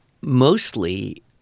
mostly